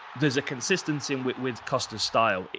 there's a consistency and with with costa's style.